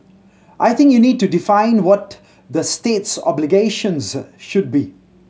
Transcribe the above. I think you need to define what the state's obligations should be